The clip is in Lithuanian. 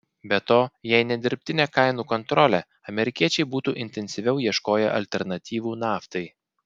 be to jei ne dirbtinė kainų kontrolė amerikiečiai būtų intensyviau ieškoję alternatyvų naftai